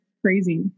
Crazy